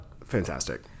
Fantastic